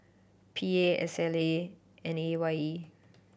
P A S and E Y E